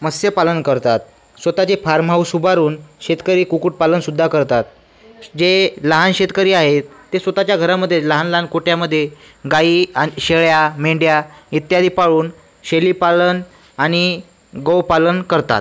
मत्स्यपालन करतात स्वत चे फार्म हाऊस उभारून शेतकरी कुक्कुटपालनसुद्धा करतात जे लहान शेतकरी आहेत ते स्वत च्या घरामध्ये लहानलहान गोठ्यामध्ये गाई अन् शेळ्यामेंढ्या इत्यादी पाळून शेळीपालन आणि गोपालन करतात